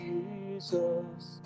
Jesus